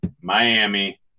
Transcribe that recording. miami